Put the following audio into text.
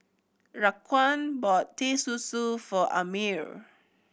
Raquan bought Teh Susu for Amir